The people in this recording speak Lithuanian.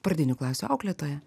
pradinių klasių auklėtoja